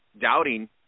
doubting